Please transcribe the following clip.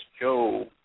Joe